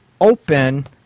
open